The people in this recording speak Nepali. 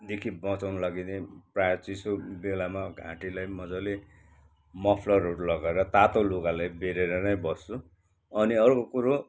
देखि बचाउँनुको लागि चाहिँ प्राय चिसो बेलामा घाँटीलाई मजाले मफ्लरहरू लगाएर तातो लुगाले बेरेरनै बस्छु अनि अर्को कुरो